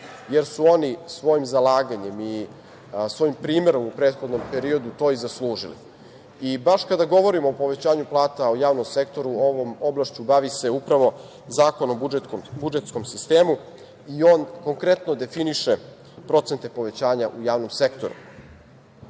jer su oni svojim zalaganjem i svojim primerom u prethodnom periodu to i zaslužili. I baš kada govorimo o povećanju plata u javnom sektoru ovom oblašću bavi se upravo Zakon o budžetskom sistemu i on konkretno definiše procente povećanja u javnom sektoru,